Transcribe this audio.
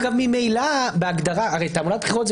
אגב תעמולת בחירות זה